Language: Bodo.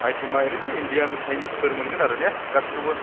आइटेमा ओरैनो इण्डियान चाइनिसफोर मोनगोन आरो ने गासैखौबो